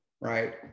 Right